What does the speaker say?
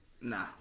Nah